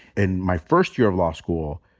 in my first year of law school,